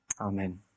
Amen